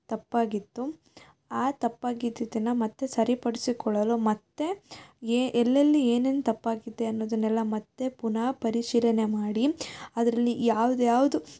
ತಪ್ಪಾಗಿತ್ತು ಆ ತಪ್ಪಾಗಿದ್ದುದ್ದನ್ನು ಮತ್ತೆ ಸರಿಪಡಿಸಿಕೊಳ್ಳಲು ಮತ್ತು ಎಲ್ಲೆಲ್ಲಿ ಏನೇನು ತಪ್ಪಾಗಿದೆ ಅನ್ನೋದನ್ನೆಲ್ಲ ಮತ್ತೆ ಪುನಃ ಪರಿಶೀಲನೆ ಮಾಡಿ ಅದರಲ್ಲಿ ಯಾವ್ದು ಯಾವುದು